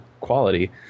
quality